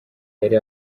yari